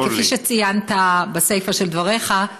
וכפי שציינת בסיפה של דבריך,